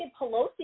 Pelosi